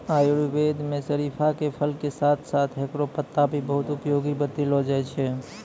आयुर्वेद मं शरीफा के फल के साथं साथं हेकरो पत्ता भी बहुत उपयोगी बतैलो जाय छै